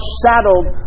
saddled